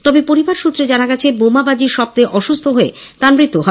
তবে পরিবার সৃত্রে জানা গেছে বোমাবাজির শব্দে অসুস্হ হয়ে তাঁর মৃত্যু হয়